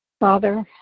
Father